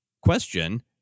question